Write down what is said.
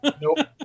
Nope